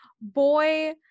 boy